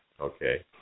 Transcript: Okay